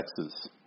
Texas